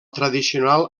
tradicional